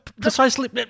Precisely